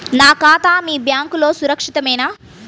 నా ఖాతా మీ బ్యాంక్లో సురక్షితమేనా?